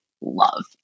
love